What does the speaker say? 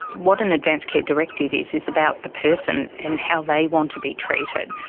what an advance care directive is is about the person and how they want to be treated,